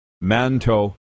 Manto